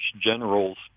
generals